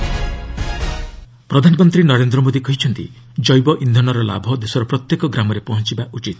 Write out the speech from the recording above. PM biofuel ପ୍ରଧାନମନ୍ତ୍ରୀ ନରେନ୍ଦ୍ର ମୋଦି କହିଛନ୍ତି ଜୈବ ଇନ୍ଧନର ଲାଭ ଦେଶର ପ୍ରତ୍ୟେକ ଗ୍ରାମରେ ପହଞ୍ଚବା ଉଚିତ